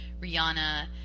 Rihanna